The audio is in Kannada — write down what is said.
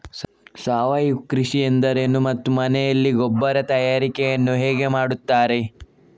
ಸಾವಯವ ಕೃಷಿ ಎಂದರೇನು ಮತ್ತು ಮನೆಯಲ್ಲಿ ಗೊಬ್ಬರ ತಯಾರಿಕೆ ಯನ್ನು ಹೇಗೆ ಮಾಡುತ್ತಾರೆ?